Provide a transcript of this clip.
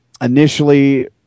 Initially